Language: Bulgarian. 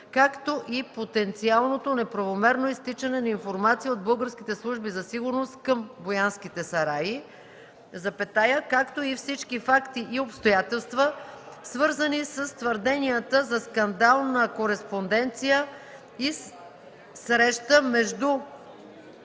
както и потенциалното неправомерно изтичане на информация от българските служби за сигурност към „Боянските сараи”, както и всички факти и обстоятелства, свързани с твърденията за скандална кореспонденция и среща между